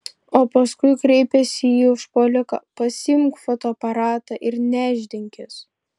o paskui kreipėsi į užpuoliką pasiimk fotoaparatą ir nešdinkis